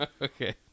okay